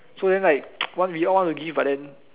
so then like want we all want to give but then